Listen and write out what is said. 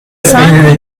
cinq